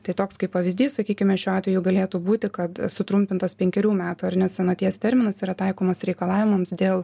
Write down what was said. tai toks kaip pavyzdys sakykime šiuo atveju galėtų būti kad sutrumpintas penkerių metų ar ne senaties terminas yra taikomas reikalavimams dėl